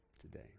today